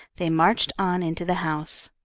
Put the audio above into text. they marched on into the house.